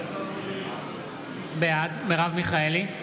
בעד מרב מיכאלי,